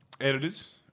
editors